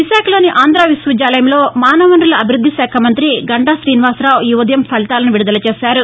విశాఖలోని ఆంధ్ర విశ్వవిద్యాయంలో మానవవనరుల అభివృద్ది శాఖ మంత్రి గంటా ్రీనివాసరావు మంగళవారం ఉదయం ఈ ఫలితాలను విడుదల చేశారు